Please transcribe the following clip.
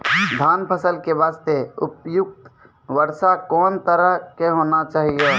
धान फसल के बास्ते उपयुक्त वर्षा कोन तरह के होना चाहियो?